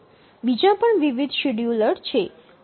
બીજા પણ વિવિધ શેડ્યુલર છે